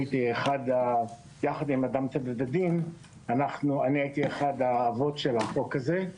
הייתי יחד עם אדם טבע ודין אחד האבות של החוק הזה.